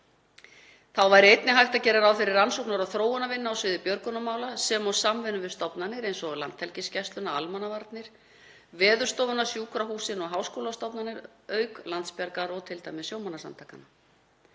Þá væri einnig hægt að gera ráð fyrir rannsóknar- og þróunarvinnu á sviði björgunarmála sem og samvinnu við stofnanir eins og Landhelgisgæsluna, almannavarnir, Veðurstofuna, sjúkrahúsin og háskólastofnanir auk Landsbjargar og t.d. sjómannasamtakanna.